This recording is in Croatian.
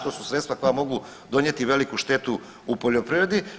To su sredstva koja mogu donijeti veliku štetu u poljoprivredi.